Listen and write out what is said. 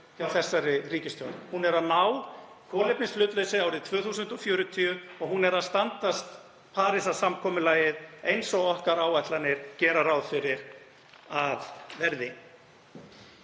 hjá þessari ríkisstjórn. Hún er að ná kolefnishlutleysi árið 2040 og hún er að standast Parísarsamkomulagið eins og áætlanir okkar gera ráð fyrir að verði.